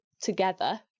together